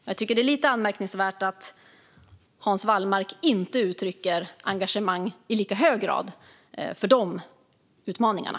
Jag tycker att det är lite anmärkningsvärt att Hans Wallmark inte uttrycker engagemang i lika hög grad för de utmaningarna.